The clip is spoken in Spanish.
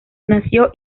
nació